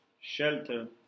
shelter